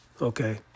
Okay